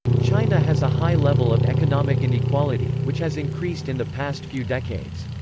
china has a high level of economic inequality, which has increased in the past few decades.